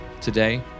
Today